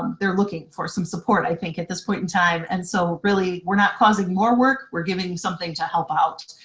um they're looking for some support, i think, at this point in time. and so really, we're not causing more work, we're giving something to help out,